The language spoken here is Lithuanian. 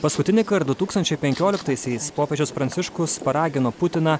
paskutinįkart du tūkstančiai penkioliktaisiais popiežius pranciškus paragino putiną